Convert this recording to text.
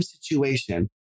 situation